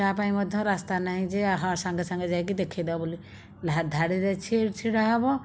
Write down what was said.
ତା ପାଇଁ ମଧ୍ୟ ରାସ୍ତା ନାହିଁ ଯେ ସାଙ୍ଗେ ସାଙ୍ଗେ ଯାଇକି ଦେଖେଇଦେବା ବୋଲି ଧାଡ଼ିରେ ଛିଡ଼ା ହେବ